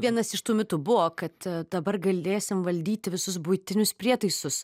vienas iš tų mitų buvo kad dabar galėsim valdyti visus buitinius prietaisus